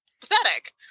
pathetic